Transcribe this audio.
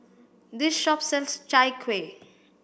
this shop sells Chai Kuih